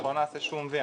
אנחנו לא נעשה שום "וי",